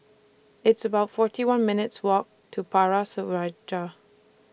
It's about forty one minutes' Walk to Power